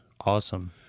Awesome